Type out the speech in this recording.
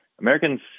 Americans